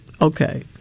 Okay